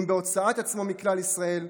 אם בהוצאת עצמו מכלל ישראל,